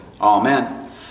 Amen